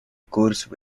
coarse